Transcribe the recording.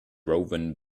rowan